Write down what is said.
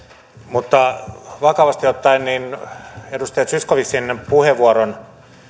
mutta vakavasti ottaen edustaja zyskowiczin puheenvuoron